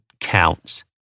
counts